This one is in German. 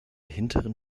hinteren